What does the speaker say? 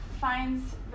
finds